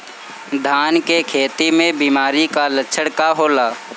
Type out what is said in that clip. धान के खेती में बिमारी का लक्षण का होला?